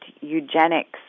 eugenics